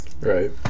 Right